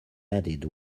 added